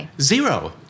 zero